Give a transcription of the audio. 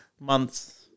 months